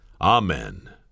Amen